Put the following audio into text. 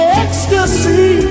ecstasy